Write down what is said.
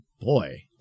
boy